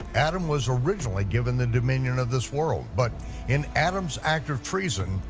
adam was originally given the dominion of this world, but in adam's act of treason,